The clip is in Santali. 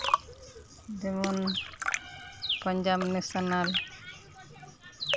ᱡᱮᱢᱚᱱ ᱯᱟᱧᱡᱟᱵᱽ ᱱᱮᱥᱱᱮᱞ